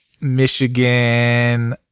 Michigan